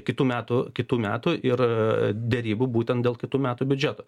kitų metų kitų metų ir derybų būtent dėl kitų metų biudžeto